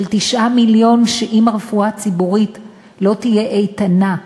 של 9 מיליון, שאם הרפואה הציבורית לא תהיה איתנה,